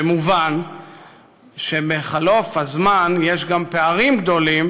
ומובן שבחלוף הזמן יש גם פערים גדולים,